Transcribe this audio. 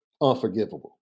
unforgivable